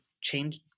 change